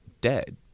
dead